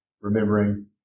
remembering